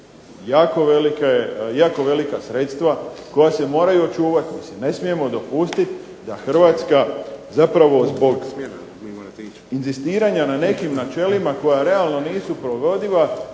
jako velika sredstva koja se moraju očuvati. Mislim ne smijemo dopustiti da Hrvatska zapravo zbog inzistiranja na nekim načelima koja realno nisu provodiva